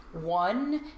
One